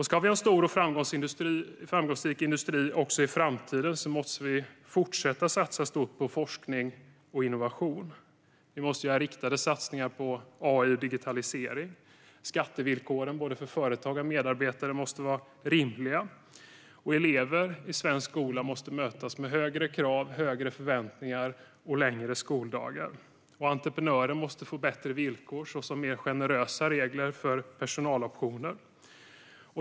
Ska vi ha en stor och framgångsrik industri också i framtiden måste vi fortsätta satsa stort på forskning och innovation. Vi måste göra riktade satsningar på AI och digitalisering. Skattevillkoren för både företagare och medarbetare måste vara rimliga. Elever i svensk skola måste mötas med högre krav, högre förväntningar och längre skoldagar. Entreprenörer måste få bättre villkor såsom mer generösa regler för personaloptioner.